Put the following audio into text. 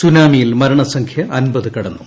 സുനാമിയിൽ മരണസംഖ്യിഅമ്പത് കടന്നു